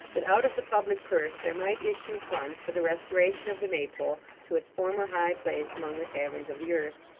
that out of the public purse there might issue funds for the restoration of the maypole to its former high place among the taverns of the earth.